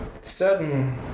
certain